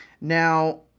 Now